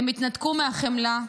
הם התנתקו מהחמלה,